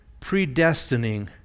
predestining